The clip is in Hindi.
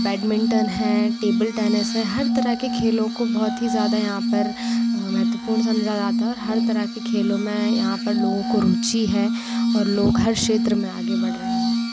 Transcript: बैडमिंटन है टेबल टेनिस है हर तरह के खेलों को बहुत ही ज़्यादा यहाँ पर महत्वपूर्ण समझा जाता है और हर तरह के खेलों में यहाँ पर लोगों को रुचि है और लोग हर क्षेत्र में आगे बढ़ रहे हैं